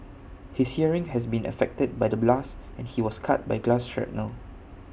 his hearing has been affected by the blast and he was cut by glass shrapnel